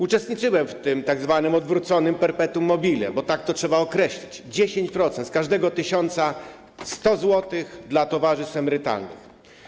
Uczestniczyłem w tym tzw. odwróconym perpetuum mobile, bo tak to trzeba określić: 10% z każdego tysiąca, 100 zł dla towarzystw emerytalnych.